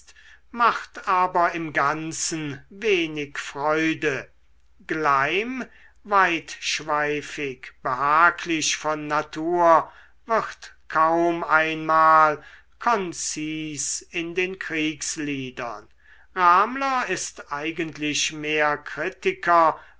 macht aber im ganzen wenig freude gleim weitschweifig behaglich von natur wird kaum einmal konzis in den kriegsliedern ramler ist eigentlich mehr kritiker